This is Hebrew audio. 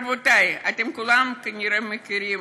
רבותי, אתם כולם מכירים